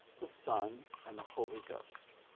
the son, and the holy ghost.